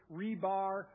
rebar